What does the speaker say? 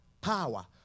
Power